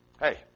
Hey